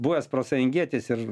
buvęs protingesnis ir